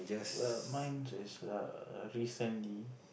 well mine is err recently